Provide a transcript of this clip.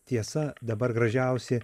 tiesa dabar gražiausi